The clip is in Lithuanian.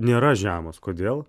nėra žemas kodėl